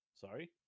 Sorry